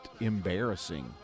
embarrassing